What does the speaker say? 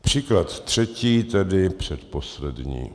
Příklad třetí, tedy předposlední.